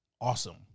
awesome